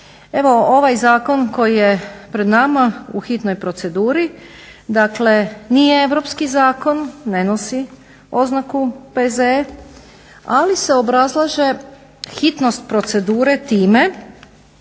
ovaj zakon koji je pred nama u hitnoj proceduri nije europski zakon, ne nosi oznaku P.Z.E. ali se obrazlaže hitnost procedure time